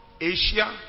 Asia